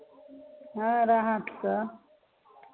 हँ रहत सभ